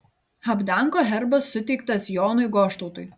habdanko herbas suteiktas jonui goštautui